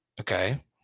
okay